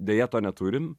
deja to neturim